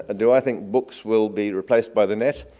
ah do i think books will be replaced by the net?